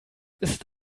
ist